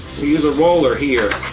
we use a roller here.